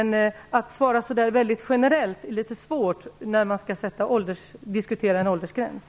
Att svara generellt är litet svårt när man skall diskutera en åldersgräns.